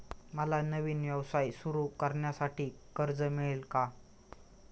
मला नवीन व्यवसाय सुरू करण्यासाठी कर्ज मिळेल का?